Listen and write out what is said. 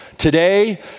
Today